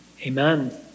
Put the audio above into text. Amen